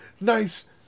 Nice